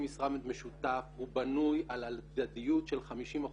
משרד משותף הוא בנוי על הדדיות של 50%,